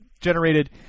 generated